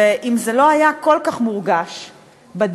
ואם זה לא היה כל כך מורגש בדיור,